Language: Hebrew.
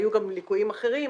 היו גם ליקויים אחרים.